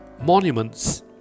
monuments